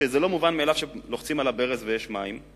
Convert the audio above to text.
שלא מובן מאליו שלוחצים על הברז ויש מים,